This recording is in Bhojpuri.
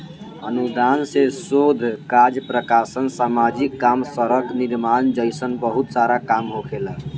अनुदान से शोध काज प्रकाशन सामाजिक काम सड़क निर्माण जइसन बहुत सारा काम होखेला